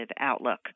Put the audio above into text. outlook